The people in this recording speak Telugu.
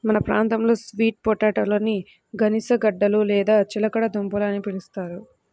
మన ప్రాంతంలో స్వీట్ పొటాటోలని గనిసగడ్డలు లేదా చిలకడ దుంపలు అని పిలుస్తారు